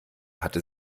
hatte